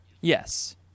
yes